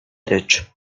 rycz